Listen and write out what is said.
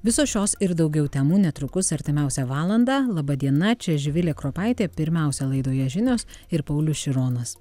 visos šios ir daugiau temų netrukus artimiausią valandą laba diena čia živilė kropaitė pirmiausia laidoje žinios ir paulius šironas